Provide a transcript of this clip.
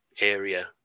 area